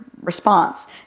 response